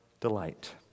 delight